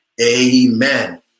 amen